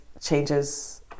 changes